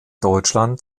deutschland